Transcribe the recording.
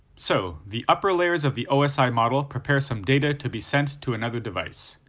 so, the upper layers of the osi model prepare some data to be sent to another device.